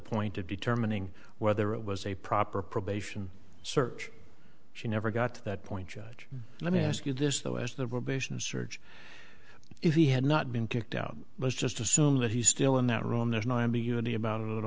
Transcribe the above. point of determining whether it was a proper probation search she never got to that point judge let me ask you this though as the rubbish and search if he had not been kicked out let's just assume that he's still in that room there's no ambiguity about it at